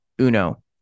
Uno